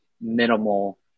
minimal